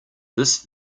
this